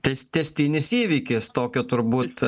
tas tęstinis įvykis tokio turbūt